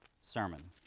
sermon